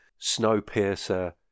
Snowpiercer